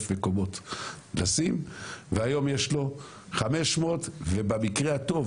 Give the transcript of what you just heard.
מקומות לשים והיום יש לו 500 ובמקרה הטוב,